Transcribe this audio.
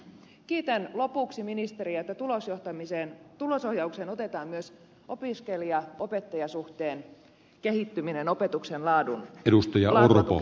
kiitän lopuksi ministeriä että tulosohjaukseen otetaan myös opiskelijaopettaja suhteen kehittäminen opetuksen laatua tukevaan suuntaan